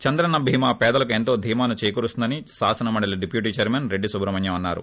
చంద్రన్న భీమా పేదలకు ఎంతో ధీమాను చేకూరుస్తుందని శాసనమండలి డిప్యుటీ చైర్మన్ రెడ్డి సుట్రహ్మణ్యం అన్నారు